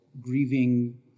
grieving